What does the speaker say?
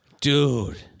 Dude